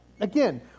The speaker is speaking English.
again